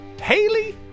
Haley